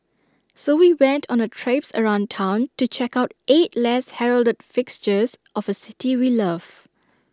so we went on A traipse around Town to check out eight less heralded fixtures of A city we love